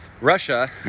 Russia